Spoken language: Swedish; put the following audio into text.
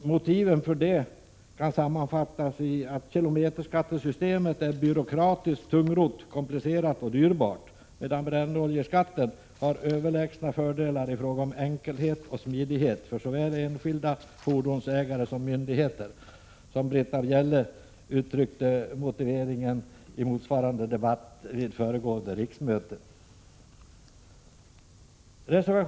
Motiven härför kan sammanfattas i att kilometerskattesystemet är byråkratiskt, tungrott, komplicerat och dyrbart, medan brännoljeskatten har överlägsna fördelar i fråga om enkelhet och smidighet för såväl enskilda fordonsägare som myndigheter. Britta Bjelle utvecklade denna motivering i motsvarande debatt vid föregående riksmöte.